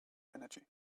energy